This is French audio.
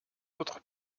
autres